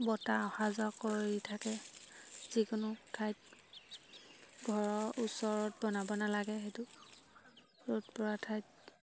বতাহ অহা যোৱা কৰি থাকে যিকোনো ঠাইত ঘৰৰ ওচৰত বনাব নালাগে সেইটো ৰ'দপৰা ঠাইত